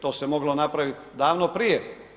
To se moglo napravit davno prije.